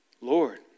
Lord